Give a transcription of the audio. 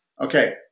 Okay